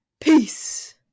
Peace